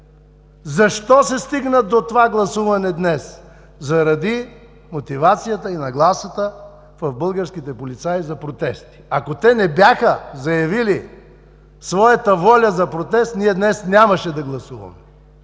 Защо се стигна до това гласуване днес? Заради мотивацията и нагласата в българските полицаи за протести. Ако те не бяха заявили своята воля за протест, ние днес нямаше да гласуваме.